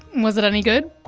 was it any good?